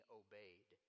obeyed